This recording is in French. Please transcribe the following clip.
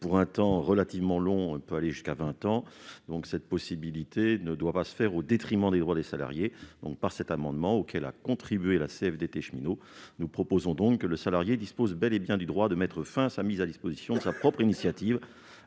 pour un temps relativement long, pouvant aller jusqu'à vingt ans. Cela ne doit pas se faire au détriment des droits des salariés. Par cet amendement, auquel a contribué la CFDT Cheminots, nous proposons que le salarié dispose bel et bien du droit de mettre fin à sa mise à disposition, de sa propre initiative,